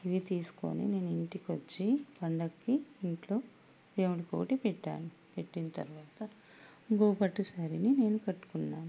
ఇవి తీసుకోని నేను ఇంటికి వచ్చి పండక్కి ఇంట్లో దేవుడికి ఒకటి పెట్టాను పెట్టిన తర్వాత ఇంకో పట్టు శారీని నేను కట్టుకున్నాను